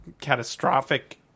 catastrophic